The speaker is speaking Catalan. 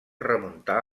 remuntar